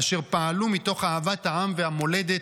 אשר פעלו מתוך אהבת העם והמולדת,